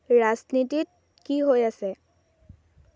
ৰাজনীতিত কি হৈ আছে